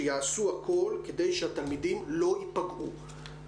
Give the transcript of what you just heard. שיעשו הכול כדי שהתלמידים לא ייפגעו.